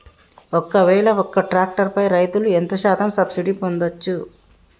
ఒక్కవేల ఒక్క ట్రాక్టర్ పై రైతులు ఎంత శాతం సబ్సిడీ పొందచ్చు?